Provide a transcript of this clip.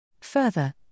Further